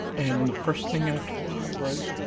and the first thing i told her was